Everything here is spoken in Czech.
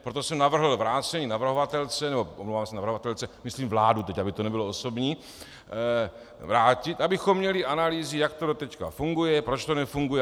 Proto jsem navrhl vrácení navrhovatelce, omlouvám se, navrhovatelce, myslím vládu, teď aby to nebylo osobní, vrátit, abychom měli analýzy, jak to doteď funguje, proč to nefunguje.